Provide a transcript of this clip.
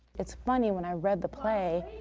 it's funny, when i read the play,